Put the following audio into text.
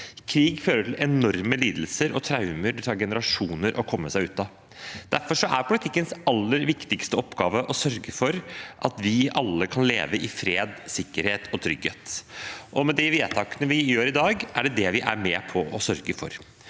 Krig fører til enorme lidelser og traumer det tar generasjoner å komme seg ut av. Derfor er politikkens aller viktigste oppgave å sørge for at vi alle kan leve i fred, sikkerhet og trygghet. Med de vedtakene vi gjør i dag, er det det vi er med på å sørge for.